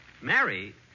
Mary